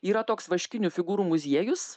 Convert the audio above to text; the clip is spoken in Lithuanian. yra toks vaškinių figūrų muziejus